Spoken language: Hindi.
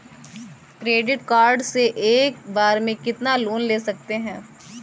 क्रेडिट कार्ड से एक बार में कितना लोन ले सकते हैं?